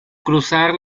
cruzar